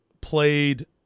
played –